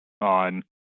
on